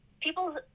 People